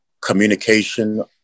communication